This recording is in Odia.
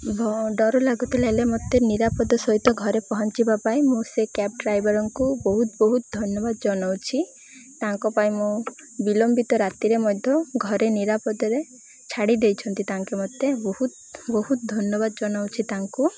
ଡର ଲାଗୁଥିଲା ହେଲେ ମୋତେ ନିରାପଦ ସହିତ ଘରେ ପହଞ୍ଚିବା ପାଇଁ ମୁଁ ସେ କ୍ୟାବ୍ ଡ୍ରାଇଭରଙ୍କୁ ବହୁତ ବହୁତ ଧନ୍ୟବାଦ ଜଣାଉଛି ତାଙ୍କ ପାଇଁ ମୁଁ ବିିଳମ୍ବିତ ରାତିରେ ମଧ୍ୟ ଘରେ ନିରାପଦରେ ଛାଡ଼ିଦ ଦେଇଛନ୍ତି ତାଙ୍କେ ମୋତେ ବହୁତ ବହୁତ ଧନ୍ୟବାଦ ଜଣାଉଛି ତାଙ୍କୁ